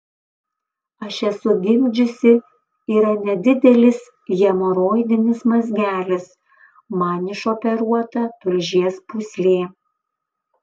aš esu gimdžiusi yra nedidelis hemoroidinis mazgelis man išoperuota tulžies pūslė